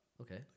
okay